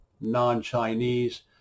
non-Chinese